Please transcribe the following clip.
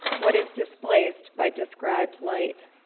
what is displaced by described light?